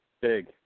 Big